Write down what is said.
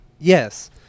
Yes